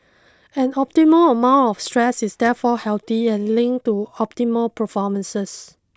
an optimal amount of stress is therefore healthy and linked to optimal performance